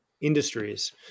industries